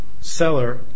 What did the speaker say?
seller